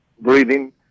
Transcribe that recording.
breathing